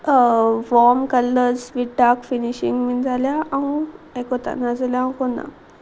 warm colours with dark finishing बीन जाल्यार हांव आयकता नाजाल्यार हांव करना